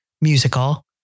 musical